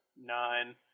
Nine